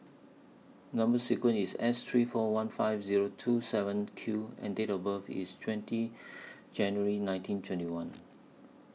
Number sequence IS S three four one five Zero two seven Q and Date of birth IS twenty January nineteen twenty one